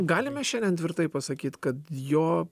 galime šiandien tvirtai pasakyt kad jo